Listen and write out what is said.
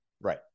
right